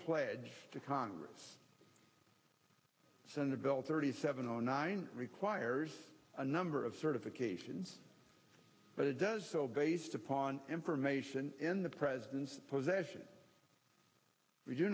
pledge to congress sent a bill thirty seven zero nine requires a number of certifications but it does so based upon information in the president's possession